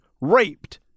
raped